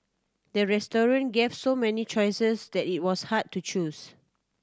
the restaurant gave so many choices that it was hard to choose